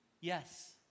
Yes